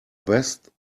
best